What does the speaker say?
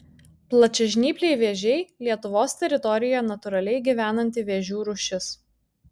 plačiažnypliai vėžiai lietuvos teritorijoje natūraliai gyvenanti vėžių rūšis